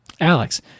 Alex